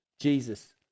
Jesus